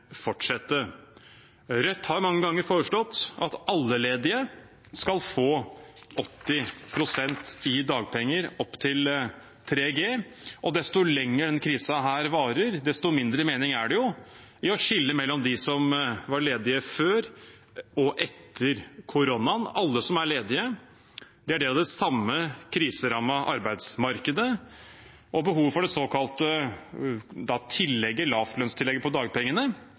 fortsette. Rødt har mange ganger foreslått at alle ledige skal få 80 pst. i dagpenger, opp til 3G, og desto lenger denne krisen varer, desto mindre mening er det i å skille mellom dem som var ledige før koronaen, og dem som ble ledige etter. Alle som er ledige, er del av det samme kriserammede arbeidsmarkedet, og behovet for det såkalte lavlønnstillegget på dagpengene,